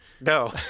No